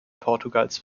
portugals